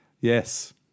Yes